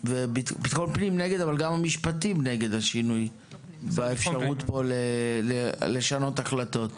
וגם משרד המשפטים נגד השינוי והאפשרות לשנות החלטות.